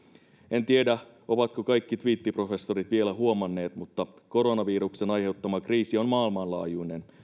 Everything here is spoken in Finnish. en tiedä ovatko kaikki tviittiprofessorit vielä huomanneet mutta koronaviruksen aiheuttama kriisi on maailmanlaajuinen